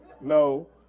no